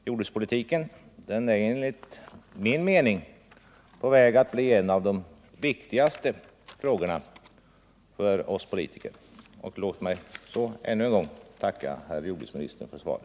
Jordbrukspolitiken är enligt min mening på väg att bli en av de viktigaste frågorna för oss politiker. Jag vill ännu en gång tacka herr jordbruksministern för svaret.